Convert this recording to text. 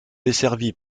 desservi